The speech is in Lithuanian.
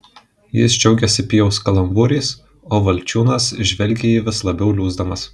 jis džiaugėsi pijaus kalambūrais o valančiūnas žvelgė į jį vis labiau liūsdamas